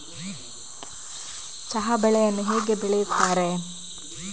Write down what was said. ಚಹಾ ಬೆಳೆಯನ್ನು ಹೇಗೆ ಬೆಳೆಯುತ್ತಾರೆ?